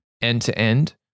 end-to-end